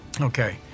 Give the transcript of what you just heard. Okay